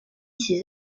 ces